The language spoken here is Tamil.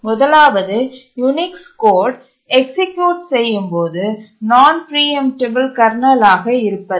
முதலாவது யூனிக்ஸ் கோடு எக்சீக்யூட் செய்யும்போது நான் பிரீஎம்டபல் கர்னலாக இருப்பது